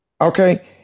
okay